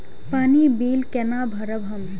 पानी बील केना भरब हम?